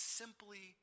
simply